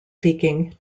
speaking